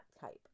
type